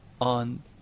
on